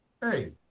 hey